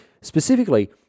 specifically